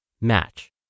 Match